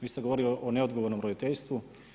Vi ste govorili o neodgovornom roditeljstvu.